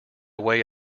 way